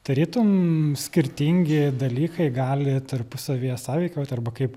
tarytum skirtingi dalykai gali tarpusavyje sąveikauti arba kaip